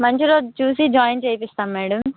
మంచి రోజు చూసి జాయిన్ చేయిస్తాం మేడం